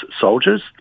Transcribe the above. soldiers